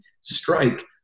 strike